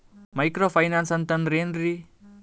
Micro finance ಅಂತಂದ್ರ ಏನ್ರೀ?